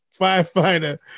firefighter